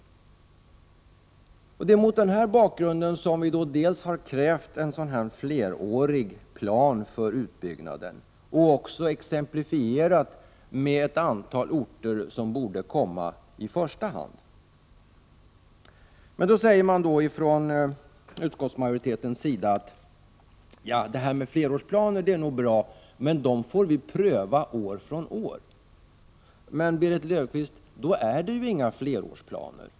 Det är mot denna bakgrund som vi har krävt en flerårig plan för utbyggnaden och anfört exempel på ett antal orter som borde komma i första hand. Men då säger alltså utskottsmajoriteten: Ja, det här med flerårsplaner är nog bra. Men dem får vi pröva år från år. Men, Berit Löfstedt, då är det ju inte fråga om några flerårsplaner!